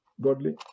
godly